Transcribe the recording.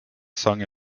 sang